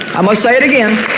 i'ma say it again,